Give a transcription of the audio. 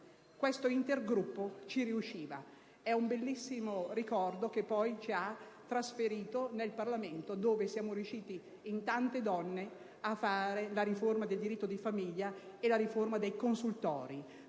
questo intergruppo ci riusciva. È un bellissimo ricordo che poi ci ha portato nel Parlamento, dove siamo riuscite, in tante donne, a fare la riforma del diritto di famiglia e la riforma dei consultori: